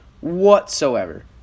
whatsoever